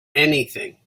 anything